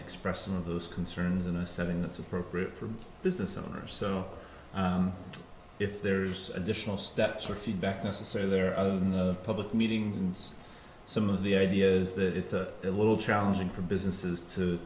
express some of those concerns in the seven that's appropriate for business owners so if there's additional steps or feedback necessary there other than the public meetings some of the ideas that it's a little challenging for businesses to